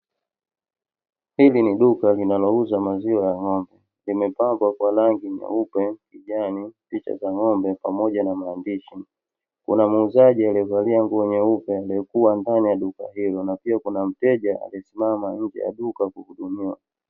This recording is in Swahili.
Hili ni duka linalouzamaziwa ya ngombe limepambwa kwa rangi nyeupe, kijani , picha za ngombe pamoja na maandishi. kuna muuzaji alievalia nguo nyeupe aliekua ndani ya duka hilo na pia Kuna mteja aliesimama nje ya duka hilo kuhudumiwa.